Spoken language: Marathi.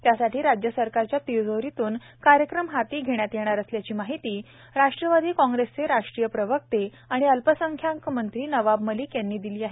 त्यासाठी राज्यसरकारच्या तिजोरीतून कार्यक्रम हाती घेण्यात येणार असल्याची माहिती राष्ट्रवादी काँग्रेसचे राष्ट्रीय प्रवक्ते आणि अल्पसंख्याक मंत्री नवाब मलिक यांनी दिली आहे